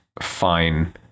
fine